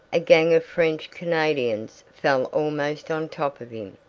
a gang of french canadians fell almost on top of him.